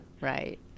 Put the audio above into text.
Right